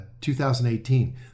2018